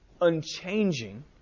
unchanging